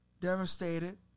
Devastated